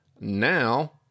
Now